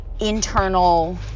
internal